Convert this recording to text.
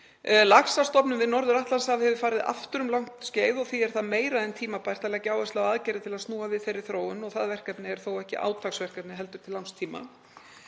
Laxastofninum við Norður-Atlantshaf hefur farið aftur um langt skeið og því er það meira en tímabært að leggja áherslu á aðgerðir til að snúa við þeirri þróun. Það verkefni er þó ekki átaksverkefni heldur til langs tíma.